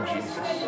Jesus